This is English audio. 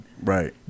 Right